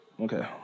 Okay